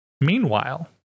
Meanwhile